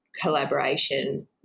collaboration